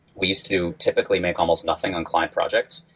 we use to typically make almost nothing on client projects,